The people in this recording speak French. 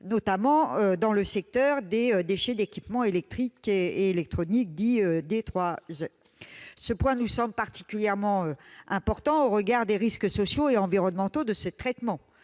notamment dans le secteur des déchets d'équipements électriques et électroniques, les DEEE. Cette question est particulièrement importante au regard des risques sociaux et environnementaux du traitement